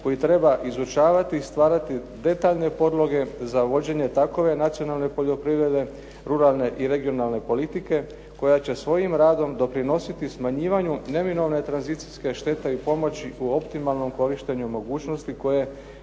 koji treba izučavati, stvarati detaljne podloge za vođenje takove nacionalne poljoprivrede, ruralne i regionalne politike koja će svojim radom doprinositi smanjivanju neminovne tranzicijske štete i pomoći u optimalnom korištenju mogućnosti koje